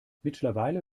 mittlerweile